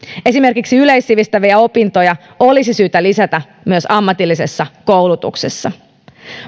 esimerkiksi yleissivistäviä opintoja olisi syytä lisätä myös ammatillisessa koulutuksessa